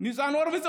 ניצן הורוביץ,